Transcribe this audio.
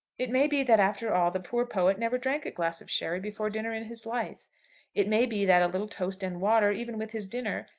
it may be that after all the poor poet never drank a glass of sherry before dinner in his life it may be that a little toast-and-water, even with his dinner,